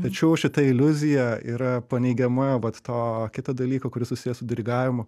tačiau šita iliuzija yra paneigiama vat to kito dalyko kuris susijęs su dirigavimu